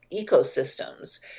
ecosystems